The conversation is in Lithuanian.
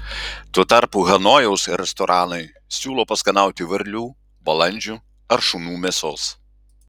tuo tarpu hanojaus restoranai siūlo paskanauti varlių balandžių ar šunų mėsos